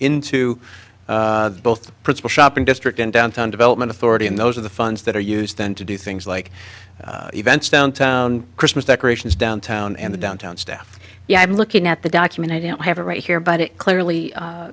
into both principal shopping district and downtown development authority and those are the funds that are used then to do things like events downtown christmas decorations downtown and the downtown staff yeah i'm looking at the document i don't have a right here but it clearly